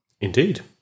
Indeed